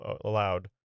allowed